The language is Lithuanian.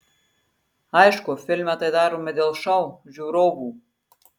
aišku filme tai darome dėl šou žiūrovų